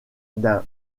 ester